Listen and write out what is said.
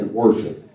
worship